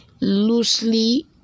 loosely